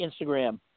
Instagram